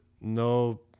no